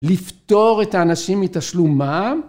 לפתור את האנשים מתשלום מע"מ